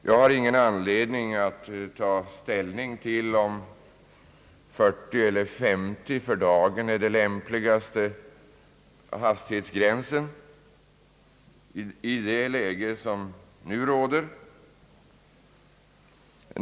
Jag har för dagen ingen anledning att ta ställning till om 40 eller 50 kilometer i timmen är den lämpligaste hastighetsgränsen i det läge som nu råder.